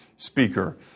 Speaker